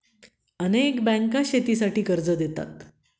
अनेक बँका शेतीसाठी कर्ज देतात